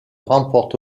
remporte